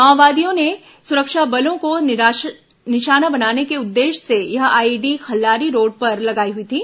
माओवादियों ने सुरक्षा बलों को निशाना बनाने के उद्देश्य से यह आईईडी खल्लारी रोड पर लगाई हुई थी